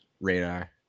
radar